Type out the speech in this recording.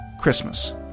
Christmas